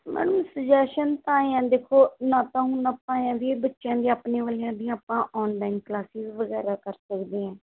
madam suggestion ਤਾਂ ਆਂਏਂ ਹੈ ਦੇਖੋ ਹੁਣ ਆਪਾਂ ਹੁਣ ਆਪਾਂ ਆਂਏਂ ਵੀ ਬੱਚਿਆਂ ਦੀਆਂ ਆਪਣੇ ਵਾਲਿਆਂ ਦੀਆਂ ਆਪਾਂ ਔਨਲਾਈਨ ਕਲਾਸਸ ਵਗੈਰਾ ਕਰ ਸਕਦੇ ਹਾਂ